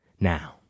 Now